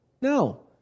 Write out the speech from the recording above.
No